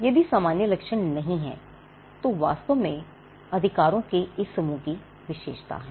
यदि सामान्य लक्षण नहीं हैं जो वास्तव में अधिकारों के इस समूह की विशेषता हैं